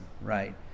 right